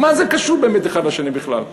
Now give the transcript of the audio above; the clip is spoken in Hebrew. מה זה קשור באמת אחד לשני בכלל?